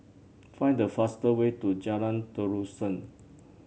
find the fastest way to Jalan Terusan